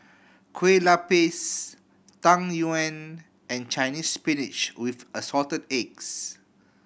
Kueh Lupis Tang Yuen and Chinese Spinach with Assorted Eggs